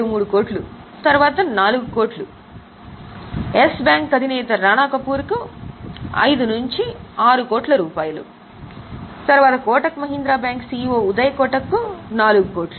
73 తరువాత 4 కోట్లు Yes bank అధినేత రానా కపూర్ కు 5 నుంచి 6 కోట్ల రూపాయలు మరియు కోటక్ మహీంద్రా బ్యాంకు సిఇఒ ఉదయ్ కోటక్కు 4 కోట్లు